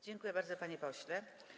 Dziękuję bardzo, panie pośle.